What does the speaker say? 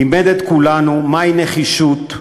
לימד את כולנו מהי נחישות,